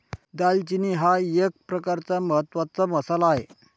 दालचिनी हा एक प्रकारचा महत्त्वाचा मसाला आहे